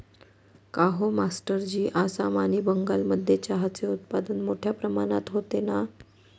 काहो मास्टरजी आसाम आणि बंगालमध्ये चहाचे उत्पादन मोठया प्रमाणात होते ना